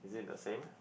is it the same